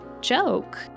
joke